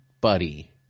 buddy